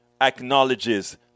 acknowledges